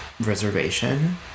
reservation